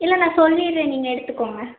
இல்லை நான் சொல்லிடுறேன் நீங்கள் எடுத்துக்கங்க